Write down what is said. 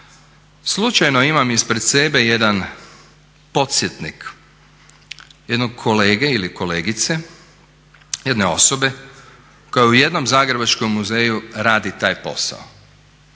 Slučajno imam ispred sebe jedan podsjetnik jednog kolege ili kolegice, jedne osobe koja u jednom zagrebačkom muzeju radi taj posao.